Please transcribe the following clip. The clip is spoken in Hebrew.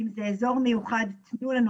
אם זה אזור מיוחד אז תנו לנו.